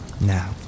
Now